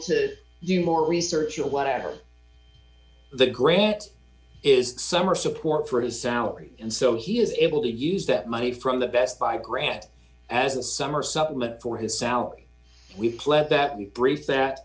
to do more research or whatever the grants is summer support for his salary and so he is able to use that money from the best buy grants as a summer supplement for his salary we pledge that we brief that